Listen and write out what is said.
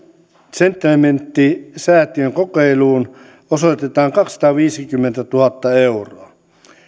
setlementtisäätiön kokeiluun osoitetaan kaksisataaviisikymmentätuhatta euroa